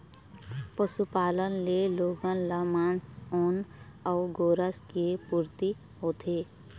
पशुपालन ले लोगन ल मांस, ऊन अउ गोरस के पूरती होथे